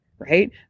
right